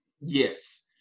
Yes